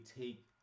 take